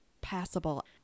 passable